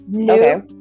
Okay